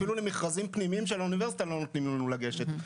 אפילו למכרזים פנימיים של האוניברסיטה לא נותנים לנו לגשת,